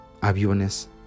aviones